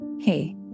Hey